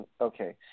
Okay